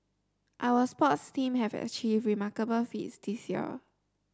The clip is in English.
our sports team have achieved remarkable feats this year